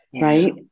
right